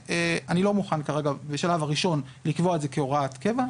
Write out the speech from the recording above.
מוכן כרגע בשלב הראשון לקבוע את זה כהוראת קבע,